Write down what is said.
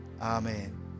amen